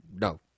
No